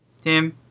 Tim